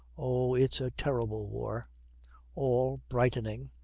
oh, it's a terrible war all, brightening,